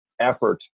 effort